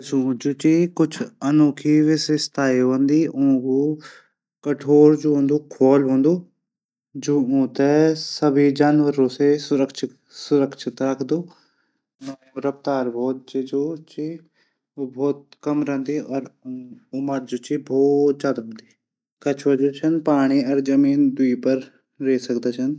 कछुओं की कुछ अनोखी विशेषताएँ हूदी ऊंकू कठोर खोल हूंदू जू ऊंथै सभी जानवरों से सुरक्षित रखदू। ऊंकी रफ्तार बहुत कम रैंदी। कछुआ जू जमीन और पाणी मा रैंदू ।